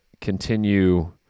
continue